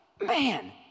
man